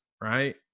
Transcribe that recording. right